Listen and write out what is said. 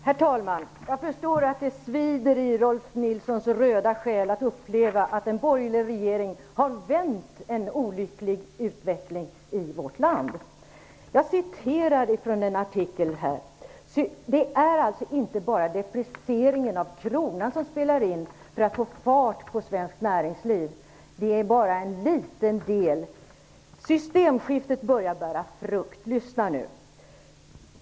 Herr talman! Jag förstår att det svider i Rolf L Nilsons röda själ av att uppleva att en borgerlig regering har vänt en olycklig utveckling i vårt land. Det är inte bara deprecieringen av kronan som spelar in för att få fart på svenskt näringsliv. Det är bara en liten del. Jag vill här återge en artikel: Systemskiftet börjar bära frukt.